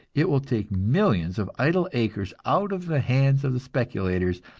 it will take millions of idle acres out of the hands of the speculators,